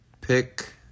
Pick